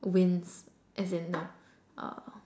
wins as in no uh